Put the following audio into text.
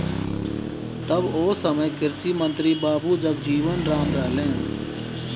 तब ओ समय कृषि मंत्री बाबू जगजीवन राम रहलें